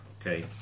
Okay